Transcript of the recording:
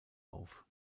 auf